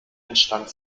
entstand